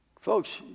Folks